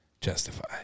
justify